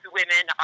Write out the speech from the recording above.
women